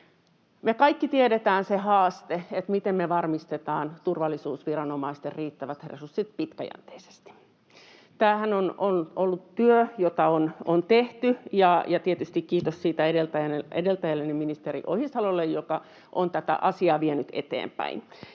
kaikki tiedetään se haaste, miten me varmistetaan turvallisuusviranomaisten riittävät resurssit pitkäjänteisesti. Tämähän on ollut työ, jota on tehty, ja tietysti kiitos siitä edeltäjälleni, ministeri Ohisalolle, joka on tätä asiaa vienyt eteenpäin.